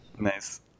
Nice